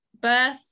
Birth